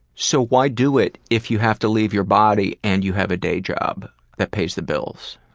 so why do it if you have to leave your body and you have a day job that pays the bills?